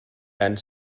and